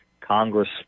Congress